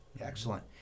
excellent